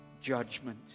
judgment